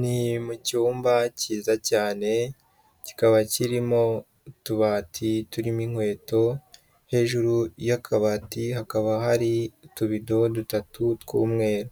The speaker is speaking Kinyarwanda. Ni mu cyumba cyiza cyane kikaba kirimo utubati turimo inkweto, hejuru y'akabati hakaba hari utubido dutatu tw'umweru,